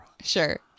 sure